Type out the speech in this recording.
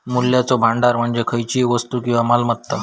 मूल्याचो भांडार म्हणजे खयचीव वस्तू किंवा मालमत्ता